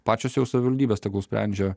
pačios jau savivaldybės tegul sprendžia